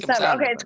okay